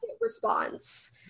response